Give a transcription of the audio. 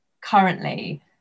currently